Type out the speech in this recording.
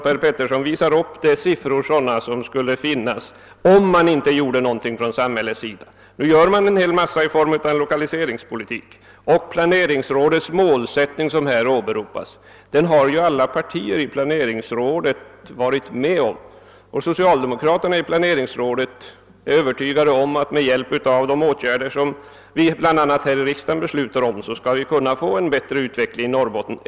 Per Petersson visar upp sådana siffror som föreligger, om man inte gör något från samhällets sida. Men nu vidtar samhället en mängd åtgärder i form av lokaliseringspolitik. Den planeringsrådets målsättning som här åberopas har alla parter i planeringsrådet varit med om. Socialdemokraterna i planeringsrådet är övertygade om att vi med hjälp av de åtgärder som beslutas bl.a. här i riksdagen skall få en bättre utveckling i Norrbotten.